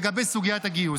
לגבי סוגיית הגיוס,